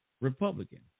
Republican